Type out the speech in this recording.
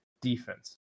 defense